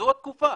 זו התקופה.